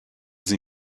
sie